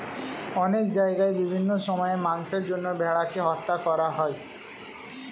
অনেক জায়গায় বিভিন্ন সময়ে মাংসের জন্য ভেড়াকে হত্যা করা হয়